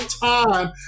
time